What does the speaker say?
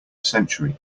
century